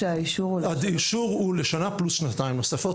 האישור כאן הוא לשנה פלוס שנתיים נוספות.